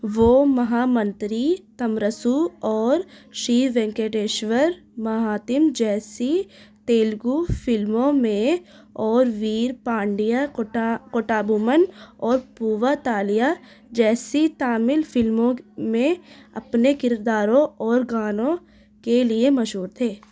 وہ مہا منتری تمرسو اور شی زینکٹیشور مہاتم جیسی تیلگو فلموں میں اور ویر پانڈیا کوٹا بومن اور پووا تالیا جیسی تامل فلموں میں اپنے کرداروں اور گانوں کے لیے مشہور تھے